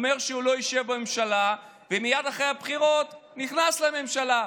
אומר שהוא לא ישב בממשלה ומייד אחרי הבחירות נכנס לממשלה.